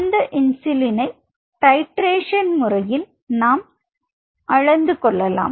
அந்த இன்சுலினை titration முறையில் நாம் அளந்து கொள்ளலாம்